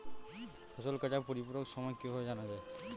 ফসল কাটার পরিপূরক সময় কিভাবে জানা যায়?